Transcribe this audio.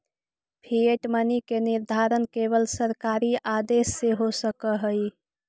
fiat money के निर्धारण केवल सरकारी आदेश से हो सकऽ हई